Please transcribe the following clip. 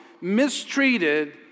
mistreated